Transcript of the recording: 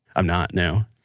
i'm not, no.